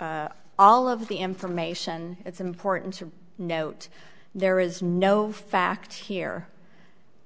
so all of the information it's important to note there is no fact here